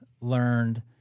learned